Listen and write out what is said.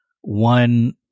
One